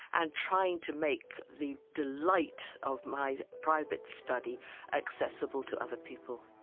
and trying to make the delight of my private study accessible to other people